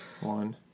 One